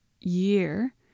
year